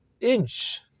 inch